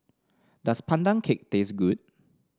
does Pandan Cake taste good